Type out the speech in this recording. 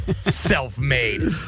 Self-made